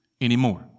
anymore